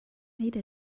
made